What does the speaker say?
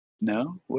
No